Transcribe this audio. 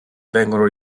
vengono